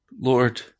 Lord